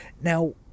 now